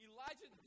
Elijah